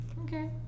Okay